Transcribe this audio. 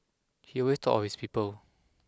he always thought his people